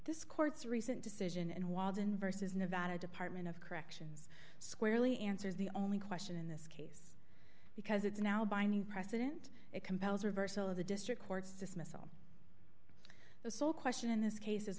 this court's recent decision and walden versus nevada department of corrections squarely answers the only question in this case because it's now binding precedent it compels reversal of the district court's dismissal the sole question in this case